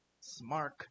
smart